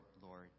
Lord